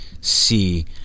see